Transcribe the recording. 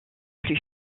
plus